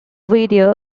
video